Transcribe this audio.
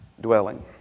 dwelling